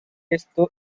esto